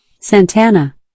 Santana